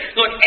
Look